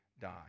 die